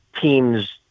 teams